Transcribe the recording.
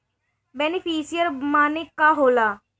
Beneficiary मने का होला?